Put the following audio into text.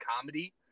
comedy